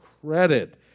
credit